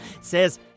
Says